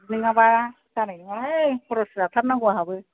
नङाबा जानाय नङाहाय खरस जाथारनांगौ आंहाबो